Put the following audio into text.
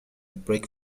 brick